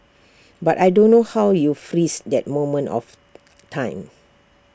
but I don't know how you freeze that moment of time